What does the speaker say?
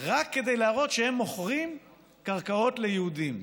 רק כדי להראות שהם מוכרים קרקעות ליהודים.